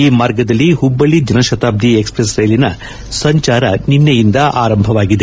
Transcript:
ಈ ಮಾರ್ಗದಲ್ಲಿ ಹುಬ್ಬಳ್ಳಿ ಜನಶತಾಬ್ದಿ ಎಕ್ಸ್ಪ್ರೆಸ್ ರೈಲಿನ ಸಂಚಾರ ನಿನ್ನೆಯಿಂದ ಆರಂಭಗೊಂಡಿದೆ